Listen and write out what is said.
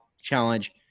Challenge